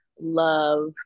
love